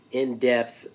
in-depth